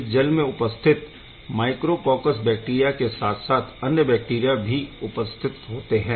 इस जल में उपस्थित मिथाइलोकौकस बैक्टीरिया के साथ साथ अन्य बैक्टीरिया की भी उत्पत्ति होते है